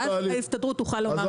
ואז ההסתדרות תוכל לומר --- אוקי,